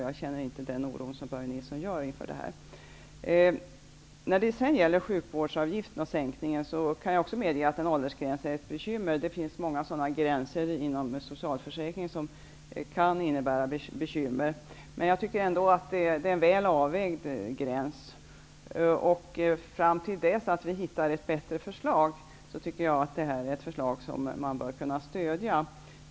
Jag känner inte den oro som Börje Nilsson gör inför detta. Jag kan också medge att en åldersgräns för en sänkt sjukhusvårdsavgift kan bli ett bekymmer. Det finns många sådana gränser inom socialförsäkringen som kan innebära bekymmer, men det här är ändå en väl avvägd gräns. Fram till dess att vi hittar ett bättre förslag tycker jag att detta är ett förslag som man bör kunna stödja.